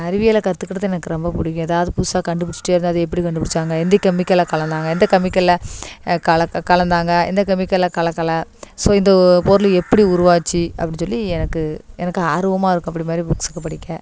அறிவியலை கற்றுக்கிட்டத்துக்கு எனக்கு ரொம்ப பிடிக்கும் எதாவது புதுசாக கண்டுபிடிச்சிட்டே இருந்தால் அது எப்படி கண்டுப்பிடிச்சாங்க எந்த கெமிக்கல்ல கலந்தாங்க எந்த கெமிக்கல்ல கல க கலந்தாங்க எந்த கெமிக்கல்ல கலக்கலை ஸோ இந்த பொருள் எப்படி உருவாச்சு அப்படி சொல்லி எனக்கு எனக்கு ஆர்வமாக இருக்கும் அப்படி மாதிரி புக்ஸுங்க படிக்க